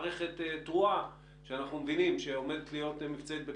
ישנו שלב ההיערכות שהוא טרם רעידת אדמה.